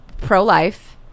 pro-life